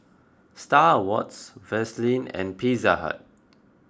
Star Awards Vaseline and Pizza Hut